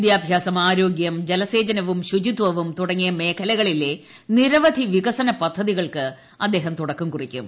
വിദ്യാഭ്യാസം ആരോഗ്യം ജലസേചനവും ശുചിത്വവും തുടങ്ങിയ മേഖലകളിലെ നിരവധി വികസന പദ്ധതികൾക്ക് അദ്ദേഹം അതുടക്കം കുറിക്കും